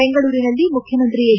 ಬೆಂಗಳೂರಿನಲ್ಲಿ ಮುಖ್ಯಮಂತ್ರಿ ಎಚ್